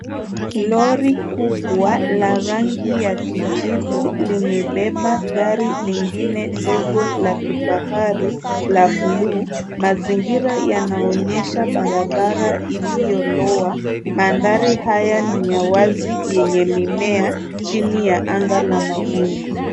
Lori kubwa la rangi ya kijivu limebeba gari lingine ndogo la kifahari la blue . Mazingira yanaonyesha barabara iliyoloa. Mandhari haya ni ya wazi yenye mimea, chini ya anga la mawingu.